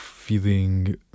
feeling